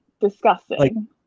Disgusting